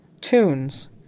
tunes